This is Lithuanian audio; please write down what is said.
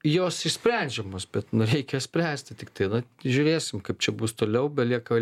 jos išsprendžiamos bet na reikia spręsti tiktai na žiūrėsim kaip čia bus toliau belieka